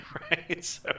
Right